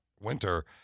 winter –